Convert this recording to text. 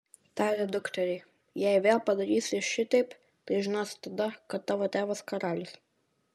tarė dukteriai jei vėl padarysi šiteip tai žinosi tada kad tavo tėvas karalius